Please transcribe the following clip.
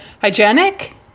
hygienic